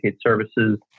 Services